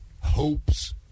hopes